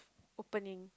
opening